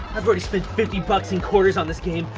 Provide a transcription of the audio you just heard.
i've already spent fifty bucks in quarters on this game,